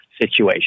situation